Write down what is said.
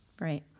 Right